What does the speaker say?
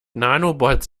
nanobots